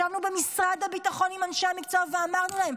ישבנו במשרד הביטחון עם אנשי המקצוע ואמרנו להם: